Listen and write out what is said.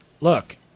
Look